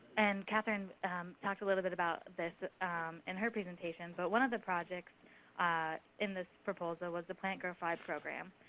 and catherine talked a little bit about this in her presentation. but one of the projects in this proposal was the plant grow fly program,